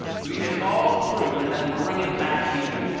read it all through and then bring it back here.